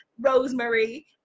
Rosemary